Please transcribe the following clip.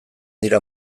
dira